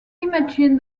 imagine